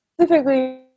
specifically